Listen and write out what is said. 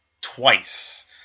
twice